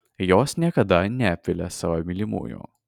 jos niekada neapvilia savo mylimųjų